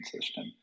system